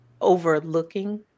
overlooking